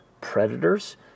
predators